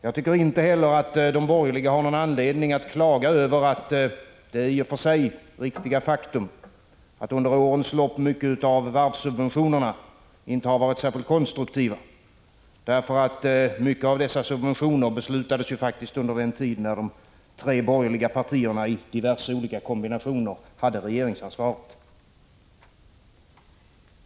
De borgerliga har inte heller någon anledning att klaga över det i och för sig riktiga faktum att varvssubventionerna under årens lopp inte har varit särskilt konstruktiva, därför att mycket av dessa subventioner beslutades under den tid när de tre borgerliga partierna i diverse olika kombinationer hade regeringsansvaret.